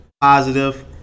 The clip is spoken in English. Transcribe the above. positive